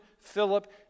Philip